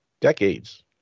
decades